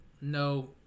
no